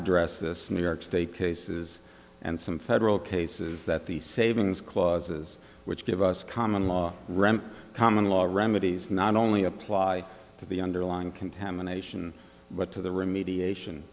addressed this new york state cases and some federal cases that the savings clauses which give us common law ram common law remedies not only apply to the underlying contamination but to the remediation